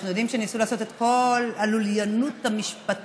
אנחנו יודעים שניסו לעשות את כל הלוליינות המשפטית